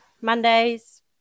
Mondays